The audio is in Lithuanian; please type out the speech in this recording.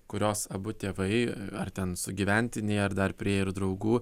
kurios abu tėvai ar ten sugyventiniai ar dar prie ir draugų